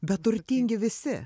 bet turtingi visi